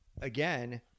again